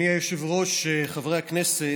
אדוני היושב-ראש, חברי הכנסת,